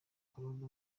claude